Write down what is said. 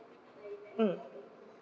mm